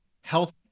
health